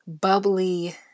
bubbly